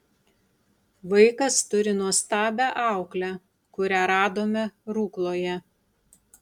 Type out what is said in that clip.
vaikas turi nuostabią auklę kurią radome rukloje